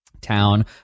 town